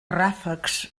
ràfecs